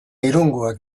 irungoak